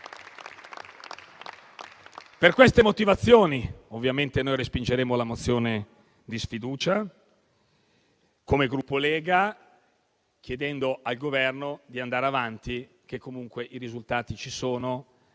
Per queste motivazioni ovviamente noi respingeremo la mozione di sfiducia, come Gruppo Lega, chiedendo al Governo di andare avanti, perché comunque i risultati ci sono,